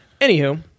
Anywho